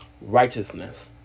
righteousness